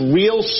real